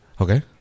Okay